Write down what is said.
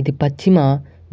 ఇది పశ్చిమ